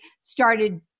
started